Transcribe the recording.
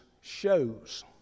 shows